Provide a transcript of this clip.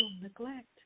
neglect